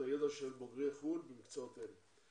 הידע של בוגרי חוץ לארץ במקצועות אלה.